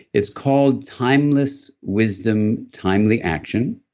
it's called timeless wisdom, timely action,